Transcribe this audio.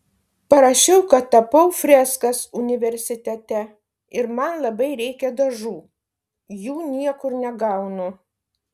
parašiau kad tapau freskas universitete ir man labai reikia dažų jų niekur negaunu